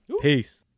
Peace